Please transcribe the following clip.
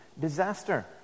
disaster